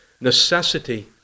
necessity